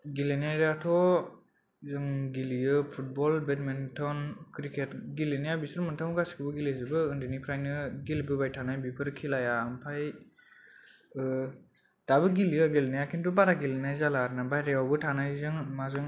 गेलेनाया थ' जों गेलेयो फुटबल बेदमिनटन क्रिकेट गेलेनाया बिसोर मोनथामखौ गासिबो गेले जोबो उन्दैनिफ्रायनो गेलेबोबाय थानाय बेफोर खेलाया आमफाय दाबो गेलेयो गेलेनाया किन्थु बारा गेलेनाय जाला आरो ना बायह्रायावबो थानायजों माजों